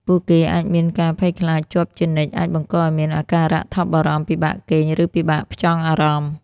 ពួកគេអាចមានការភ័យខ្លាចជាប់ជានិច្ចអាចបង្កឱ្យមានអាការៈថប់បារម្ភ ពិបាកគេង ឬពិបាកផ្ចង់អារម្មណ៍។